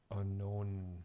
unknown